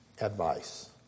advice